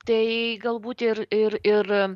tai galbūt ir ir ir